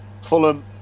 Fulham